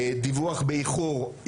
דיווח באיחור,